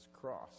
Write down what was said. cross